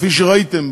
כפי שראיתם,